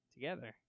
together